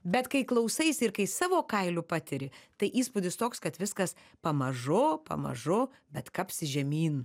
bet kai klausaisi ir kai savo kailiu patiri tai įspūdis toks kad viskas pamažu pamažu bet kapsi žemyn